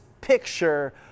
picture